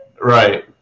Right